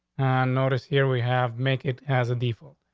notice here we have make it as a different.